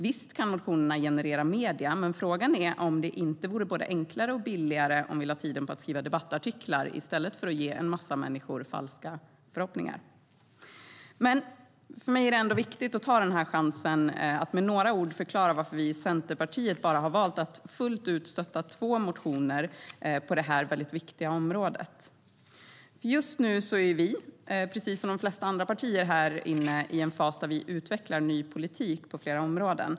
Visst kan motionerna generera uppmärksamhet i medierna, men frågan är om det inte vore både enklare och billigare om vi lade tiden på att skriva debattartiklar i stället för att ge en massa människor falska förhoppningar. Men för mig är det ändå viktigt att ta den här chansen och med några ord förklara varför vi i Centerpartiet bara har valt att fullt ut stötta två motioner på det här väldigt viktiga området. Just nu är vi, precis som de flesta andra partier, i en fas där vi utvecklar en ny politik på flera områden.